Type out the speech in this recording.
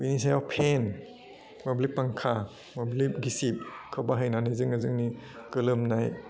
बिनि सायाव पेन मोब्लिब फांखा मोब्लिब गिसिबखौ बाहायनानै जोङो जोंनि गोलोमनाय